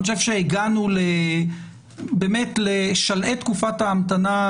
אני חושב שהגענו לשלהי תקופת ההמתנה,